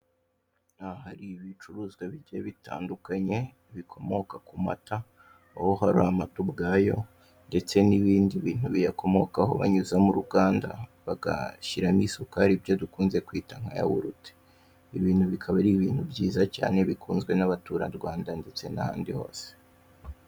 Aha hari ibicuruzwa bigiye bitandukanye, bikomoka ku mata, aho hari amata ubwayo ndetse n'ibindi bintu biyakomokaho banyuza mu ruganda bagashyiramo isukari, ibyo dukunze kwita nka yawurute, ibintu bikaba ari ibintu byiza cyane bikunzwe n'anaturarwanda ndetse n'ahandi hose.